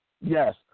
Yes